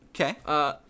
Okay